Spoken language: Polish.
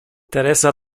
teresa